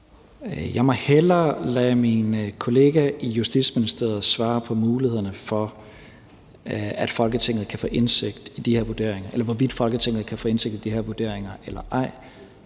Jeg må hellere lade min kollega i Justitsministeriet svare på mulighederne for, hvorvidt Folketinget kan få indsigt i de her vurderinger eller ej. I Folketinget har man jo Kontroludvalget, som